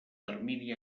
termini